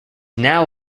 now